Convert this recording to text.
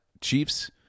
chiefs